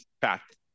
fact